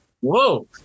Whoa